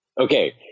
Okay